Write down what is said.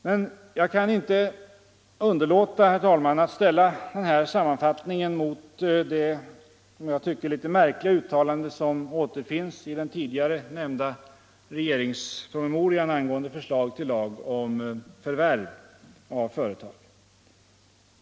Men jag kan inte underlåta, herr talman, att ställa denna sammanfattning mot det, som jag tycker, märkliga uttalande som återfinns i den tidigare nämnda regeringspromemorian angående förslag till lag om förvärv av företag.